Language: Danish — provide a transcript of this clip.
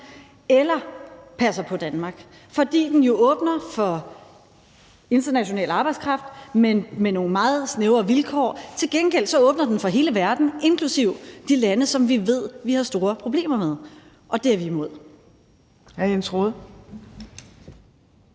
eller passer på Danmark, fordi den jo åbner for international arbejdskraft, men med nogle meget snævre vilkår. Til gengæld åbner den for hele verden, inklusive de lande, som vi ved vi har store problemer med, og det er vi imod.